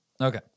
Okay